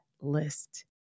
list